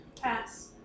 Pass